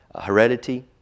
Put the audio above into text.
heredity